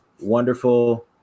wonderful